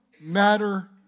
matter